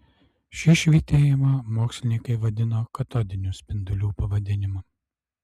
šį švytėjimą mokslininkai vadino katodinių spindulių pavadinimu